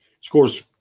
scores